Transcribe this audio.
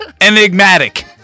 Enigmatic